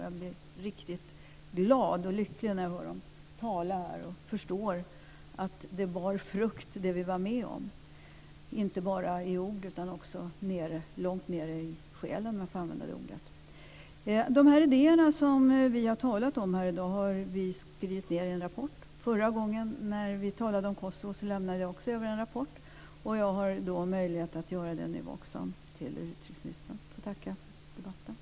Jag blir riktigt glad och lycklig när jag hör dem tala här och förstår att det som vi var med om bar frukt - inte bara i ord utan också långt in i själen. De idéer som vi talat om här i dag finns nedtecknade i en rapport. Förra gången vi talade om Kosovo lämnade jag över en rapport. Jag har möjlighet att också i dag överlämna en rapport till utrikesministern. Slutligen tackar jag för debatten.